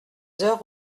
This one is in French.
heures